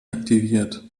aktiviert